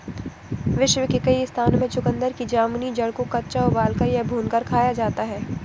विश्व के कई स्थानों में चुकंदर की जामुनी जड़ को कच्चा उबालकर या भूनकर खाया जाता है